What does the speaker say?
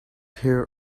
hear